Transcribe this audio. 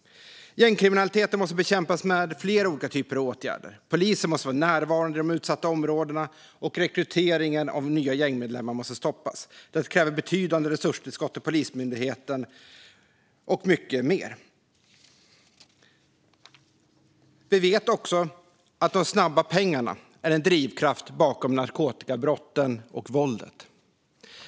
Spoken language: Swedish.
Gängkriminaliteten måste bekämpas med flera olika typer av åtgärder. Polisen måste vara närvarande i de utsatta områdena, och rekryteringen av nya gängmedlemmar måste stoppas. Detta kräver betydande resurstillskott till Polismyndigheten och mycket mer. Vi vet också att de snabba pengarna är en drivkraft bakom narkotikabrotten och våldet.